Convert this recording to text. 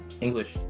english